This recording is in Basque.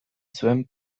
zuen